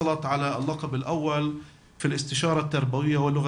היא קיבלה תואר ראשון בייעוץ חינוכי ושפה